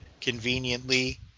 conveniently